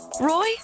Roy